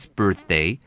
birthday